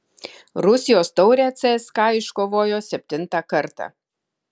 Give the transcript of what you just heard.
rusijos taurę cska iškovojo septintą kartą